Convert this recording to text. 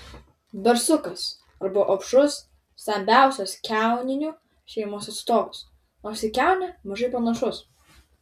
barsukas arba opšrus stambiausias kiauninių šeimos atstovas nors į kiaunę mažai panašus